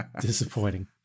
Disappointing